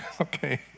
okay